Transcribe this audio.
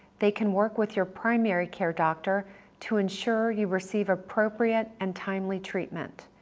they can work with your primary care doctor to ensure you receive appropriate and timely treatment.